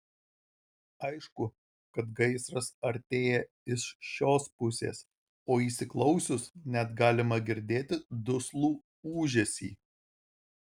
aišku kad gaisras artėja iš šios pusės o įsiklausius net galima girdėti duslų ūžesį